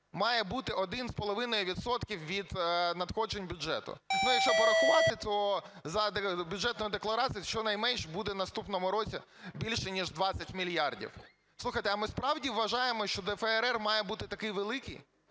має бути 1,5 відсотка від надходжень бюджету. Якщо порахувати, то за бюджетною декларацією щонайменш буде в наступному році більше ніж 20 мільярдів. Слухайте, а ми справді вважаємо, що ДФРР має бути такий великий,